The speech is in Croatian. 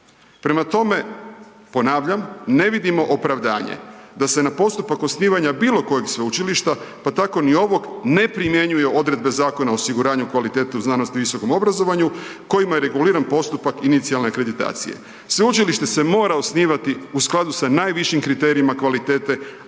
Prema tome, ponavljam ne vidimo opravdanje da se na postupak osnivanja bilo kojeg sveučilišta pa tako ni ovog ne primjenjuju odredbe Zakona o osiguranju kvalitete u znanosti i visokom obrazovanju kojima je reguliran postupak inicijalne akreditacije. Sveučilište se mora osnivati u skladu sa najvišim kriterijima kvalitete,